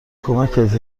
کمکت